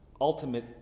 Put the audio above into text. ultimate